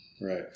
Right